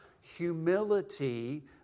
Humility